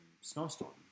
snowstorm